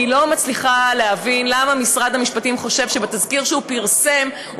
אני לא מצליחה להבין למה משרד המשפטים חושב שבתזכיר שהוא פרסם הוא